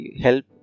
help